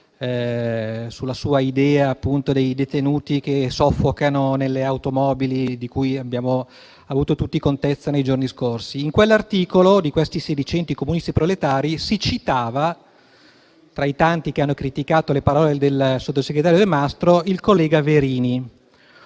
e la sua idea dei detenuti che soffocano nelle automobili, di cui abbiamo avuto tutti contezza nei giorni scorsi. In quell'articolo, di questi sedicenti comunisti proletari, si citava, tra i tanti che hanno criticato le parole del sottosegretario Delmastro, il collega Verini.